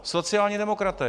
Sociální demokraté.